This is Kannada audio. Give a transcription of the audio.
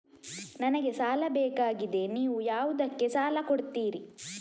ನನಗೆ ಸಾಲ ಬೇಕಾಗಿದೆ, ನೀವು ಯಾವುದಕ್ಕೆ ಸಾಲ ಕೊಡ್ತೀರಿ?